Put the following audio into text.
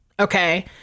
okay